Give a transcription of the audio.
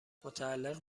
متعلق